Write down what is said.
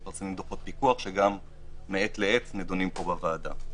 מתפרסם דוחות פיקוח, שמעת לעת נדונים פה בוועדה.